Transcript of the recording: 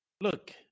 look